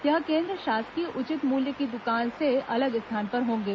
यह केन्द्र शासकीय उचित मूल्य की द्वकान से अलग स्थान पर होंगे